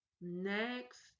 next